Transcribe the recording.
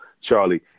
Charlie –